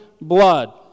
blood